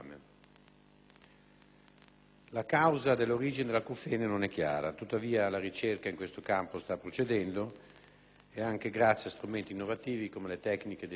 La causa dell'origine dell'acufene non è chiara. Tuttavia, la ricerca in questo campo sta progredendo e, anche grazie a strumenti innovativi, come le tecniche di *neuroimaging*,